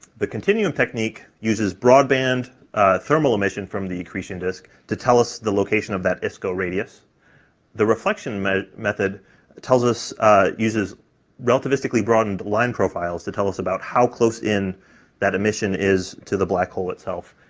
the continuum technique uses broadband thermal emission from the accretion disk to tell us the location of that isco radius the reflection method method tells us, ah uses relativistically broadened line profiles to tell us about how close in that emission is to the black hole itself,